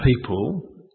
people